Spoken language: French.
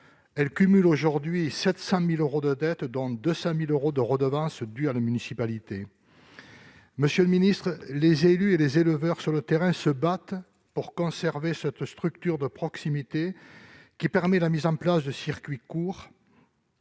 Elle cumule 700 000 euros de dettes, dont 200 000 euros de redevances dues à la municipalité. Monsieur le ministre, élus et éleveurs se battent sur le terrain pour conserver cette structure de proximité, qui permet la mise en place de circuits courts,